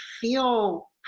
feel